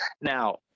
Now